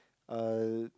uh